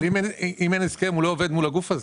אם אין הסכם, הוא לא עובד מול הגוף הזה.